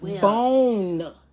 bone